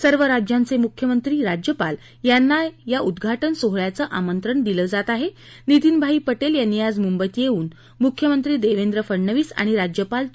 सर्व राज्यांचे मुख्यमंत्री राज्यपाल यांना या उद्घाटन सोहळ्याचं आमंत्रण दिलं जात आहे नितीन भाई पटेल यांनी आज मुंबईत येऊन मुख्यमंत्री देवेंद्र फडणवीस आणि आणि राज्यपाल चे